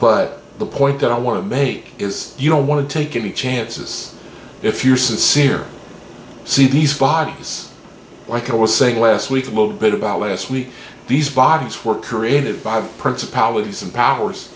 but the point that i want to make is you don't want to take any chances if you're sincere see these bodies like i was saying last week a little bit about last week these bodies were created by principalities and powers